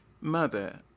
mother